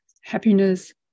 happiness